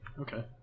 Okay